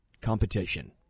competition